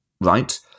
right